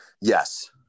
Yes